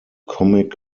comic